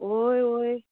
वोय वोय